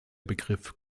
begriff